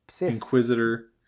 inquisitor